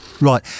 Right